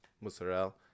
mozzarella